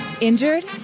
Injured